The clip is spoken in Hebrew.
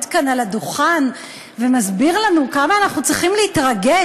כאן על הדוכן ומסביר לנו כמה אנחנו צריכים להתרגש,